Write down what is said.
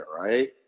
right